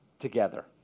together